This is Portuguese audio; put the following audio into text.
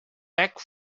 back